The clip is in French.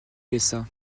usa